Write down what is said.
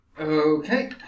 Okay